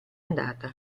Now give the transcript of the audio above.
andata